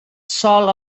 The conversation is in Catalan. sol